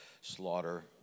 slaughter